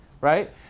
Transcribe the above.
right